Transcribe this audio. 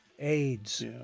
aids